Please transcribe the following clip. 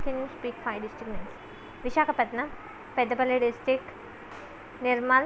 can you speak five district names Visakhapatnam Peddapalli district Nirmal